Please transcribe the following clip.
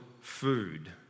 food